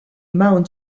mount